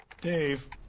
Dave